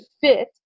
fit